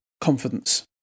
confidence